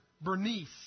Bernice